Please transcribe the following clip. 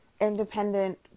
independent